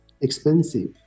expensive